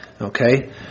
Okay